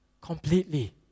completely